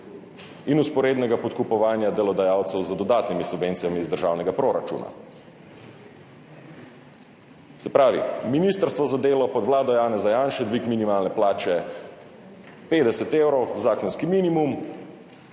in vzporednega podkupovanja delodajalcev z dodatnimi subvencijami iz državnega proračuna. Se pravi, ministrstvo za delo pod vlado Janeza Janše – dvig minimalne plače 50 evrov, zakonski minimum,